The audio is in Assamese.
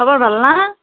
খবৰ ভালনে